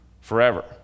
Forever